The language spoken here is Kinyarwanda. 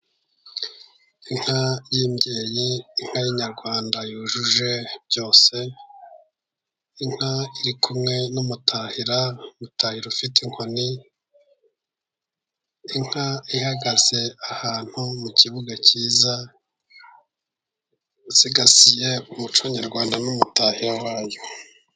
Inka y'imbyeyi inka y' inyarwanda yujuje byose inka iri kumwe n'umutahira mutahiriro ufite inkoni. Inka ihagaze ahantu mu kibuga cyiza usigasiye umuco nyarwanda n'umutahira wayo.